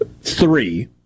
three